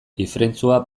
ifrentzua